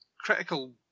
critical